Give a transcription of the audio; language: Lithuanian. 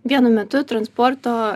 vienu metu transporto